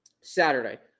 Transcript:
Saturday